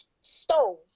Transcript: stove